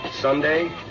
Sunday